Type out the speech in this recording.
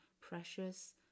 precious